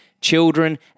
children